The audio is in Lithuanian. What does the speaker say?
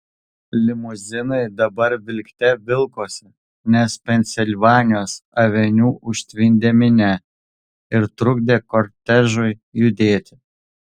limuzinai dabar vilkte vilkosi nes pensilvanijos aveniu užtvindė minia ir trukdė kortežui judėti